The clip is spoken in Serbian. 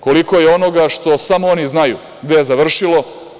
Koliko je onoga što samo oni znaju gde je završilo?